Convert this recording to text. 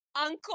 Uncle